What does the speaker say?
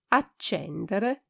accendere